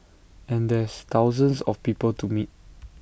and there's thousands of people to meet